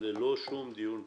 ללא שום דיון בסיסי.